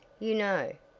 you know,